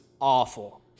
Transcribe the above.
awful